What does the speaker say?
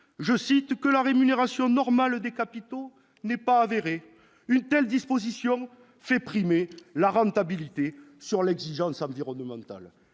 justifie que la rémunération normale des capitaux n'est pas avérée. Une telle disposition fait primer la rentabilité sur l'exigence environnementale.